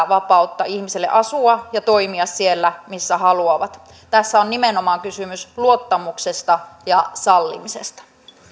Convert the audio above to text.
vapautta ihmisille asua ja toimia siellä missä haluavat tässä on nimenomaan kysymys luottamuksesta ja sallimisesta